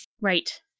Right